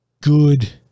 good